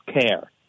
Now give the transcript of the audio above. care